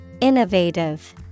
Innovative